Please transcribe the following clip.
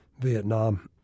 Vietnam